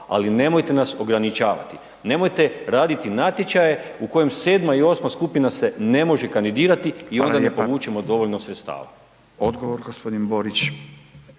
ali nemojte nas ograničavati, nemojte raditi natječaje u kojima 7. i 8. skupina se ne može kandidirati i onda ne povučemo dovoljno sredstava. **Radin, Furio